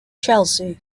chelsea